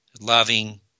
loving